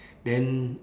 then